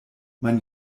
mein